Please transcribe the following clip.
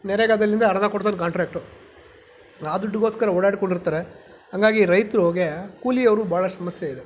ನರೇಗಾದಲ್ಲಿಂದ ಕಾಂಟ್ರ್ಯಾಕ್ಟ್ರು ಆ ದುಡ್ಡಿಗೋಸ್ಕರ ಓಡಾಡಿಕೊಂಡಿರ್ತಾರೆ ಹಾಗಾಗಿ ರೈತರಿಗೆ ಕೂಲಿಯವ್ರದ್ದು ಬಹಳ ಸಮಸ್ಯೆ ಇದೆ